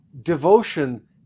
devotion